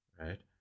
right